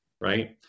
Right